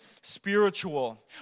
spiritual